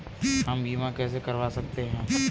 हम बीमा कैसे करवा सकते हैं?